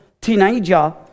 teenager